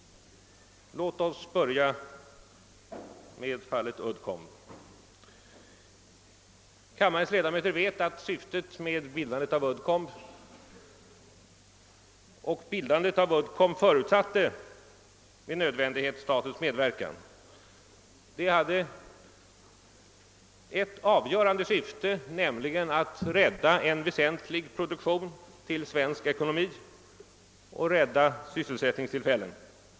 Låt oss börja med fallet Uddcomb. Kammarens ledamöter vet att syftet med bildandet av Uddcomb, som med nödvändighet förutsatte statens medverkan, var att rädda en kvalificerad produktion till svensk ekonomi och därmed trygga en inte oväsentlig sysselsättning.